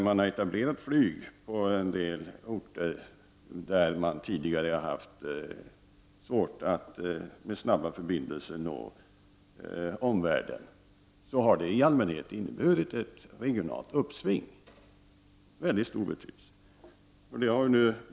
En etablering av flyget på orter där det tidigare har varit svårt att med snabba förbindelser nå omvärlden har i allmänhet inneburit ett regionalt uppsving. Det här har således mycket stor betydelse.